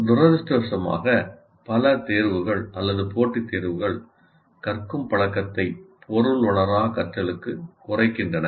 துரதிர்ஷ்டவசமாக பல தேர்வுகள் அல்லது போட்டித் தேர்வுகள் கற்கும் பழக்கத்தை பொருளுணரா கற்றலுக்கு குறைக்கின்றன